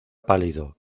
pálido